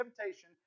temptation